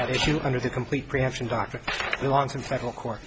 that issue under the complete preemption doctrine belongs in federal court